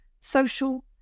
social